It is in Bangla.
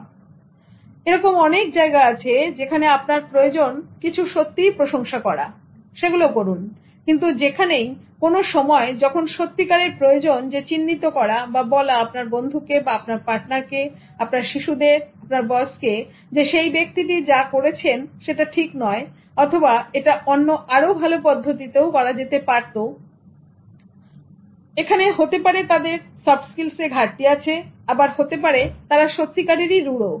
ঠিক আছে এরকম অনেক জায়গা আছে যেখানে আপনার প্রয়োজন কিছু সত্যি প্রশংসা করা সেগুলো করুন কিন্তু সেখানেই কোন সময় যখন সত্যিকারের প্রয়োজন চিহ্নিত করা বা বলা আপনার বন্ধুকে বা আপনার পার্টনারকে আপনার শিশুদের আপনার বসকে যে সেই ব্যক্তিটি যা করেছেন সেটা ঠিক নয় অথবা এটা অন্য আরো ভালো পদ্ধতিতেও করা যেতে পারত এখানে হতে পারে তাদের সফট স্কিলস এ ঘাটতি আছে আবার হতে পারে তারা সত্যিকারে রূঢ়